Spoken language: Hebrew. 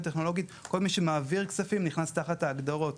טכנולוגית; כל מי שמעביר כספים נכנס תחת ההגדרות.